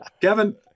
Kevin